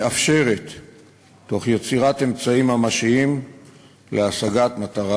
אשר הצביע על עלייה מתמדת והדרגתית במספר המתגייסים בקרב ציבור